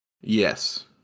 yes